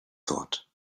thought